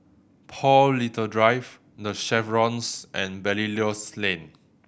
Paul Little Drive The Chevrons and Belilios Lane